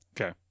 Okay